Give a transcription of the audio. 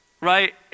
right